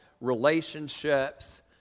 relationships